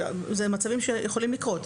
אלה מצבים שיכולים לקרות.